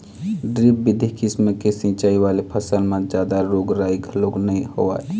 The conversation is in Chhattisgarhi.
ड्रिप बिधि किसम के सिंचई वाले फसल म जादा रोग राई घलोक नइ होवय